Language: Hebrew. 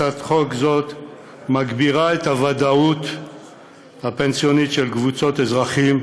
הצעת חוק זו מגבירה את הוודאות הפנסיונית של קבוצת אזרחים,